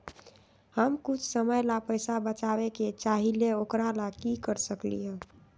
हम कुछ समय ला पैसा बचाबे के चाहईले ओकरा ला की कर सकली ह?